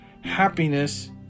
happiness